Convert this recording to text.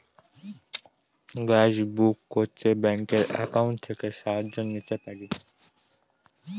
Gas book করতে ব্যাংকের account থেকে সাহায্য নিতে পারি?